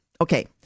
Okay